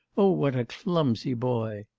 oh, what a clumsy boy!